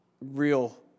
real